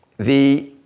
the,